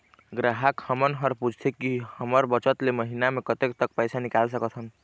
ग्राहक हमन हर पूछथें की हमर बचत ले महीना मा कतेक तक पैसा निकाल सकथन?